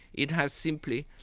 it has simply,